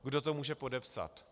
Kdo to může podepsat?